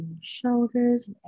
shoulders